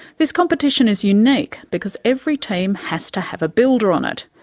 this competition is unique because every team has to have a builder on it.